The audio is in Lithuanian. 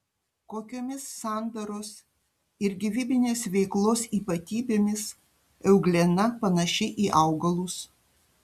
kokiomis sandaros ir gyvybinės veiklos ypatybėmis euglena panaši į augalus